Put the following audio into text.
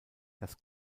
das